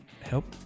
help